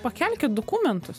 pakelkit dokumentus